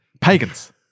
Pagans